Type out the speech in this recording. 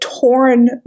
torn